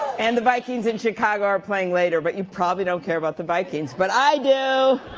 and the vikings in chicago are playing later but you probably don't care about the vikings, but i do!